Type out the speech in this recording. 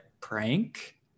prank